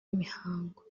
imihango